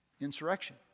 insurrection